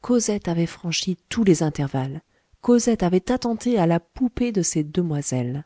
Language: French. cosette avait franchi tous les intervalles cosette avait attenté à la poupée de ces demoiselles